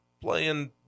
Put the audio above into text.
playing